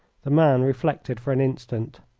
the man reflected for an instant.